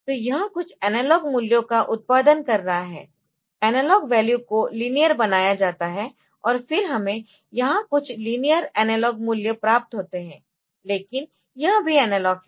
तो यह कुछ एनालॉग मूल्यों का उत्पादन कर रहा है एनालॉग वैल्यू को लीनियर बनाया जाता है और फिर हमें यहां कुछ लीनियर एनालॉग मूल्य प्राप्त होते है लेकिन यह भी एनालॉग है